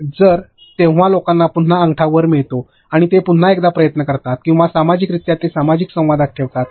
तर जेव्हा लोकांना पुन्हा अंगठा वर मिळतो आणि ते पुन्हा एकदा प्रयत्न करतात किंवा सामाजिक रित्या ते सामाजिक संवादात ठेवतात